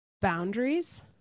boundaries